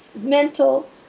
mental